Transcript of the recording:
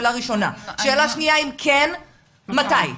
אם כן, מתי?